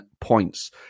points